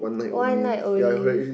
one night only